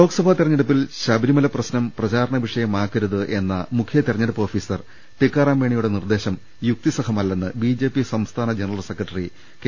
ലോക്സഭാ തെരഞ്ഞെടുപ്പിൽ ശബരിമല്ല പ്രശ്നം പ്രചാരണ വിഷ യമാക്കരുതെന്ന മുഖ്യതെരഞ്ഞെടുപ്പ് ഓഫീസ്ർ ടിക്കാറാം മീണ യുടെ നിർദേശം യുക്തിസഹമല്ലെന്ന് ബ്രിജെപി സംസ്ഥാന ജന റൽ സെക്രട്ടറി കെ